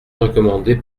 recommandé